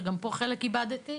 שגם פה חלק איבדתי,